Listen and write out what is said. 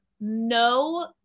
no